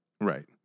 Right